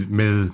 med